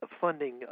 funding